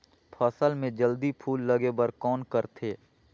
फसल मे जल्दी फूल लगे बर कौन करथे?